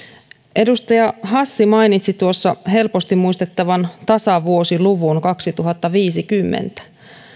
edustaja hassi mainitsi helposti muistettavan tasavuosiluvun kaksituhattaviisikymmentä